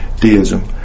deism